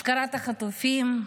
הפקרת החטופים.